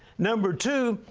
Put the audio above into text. number two,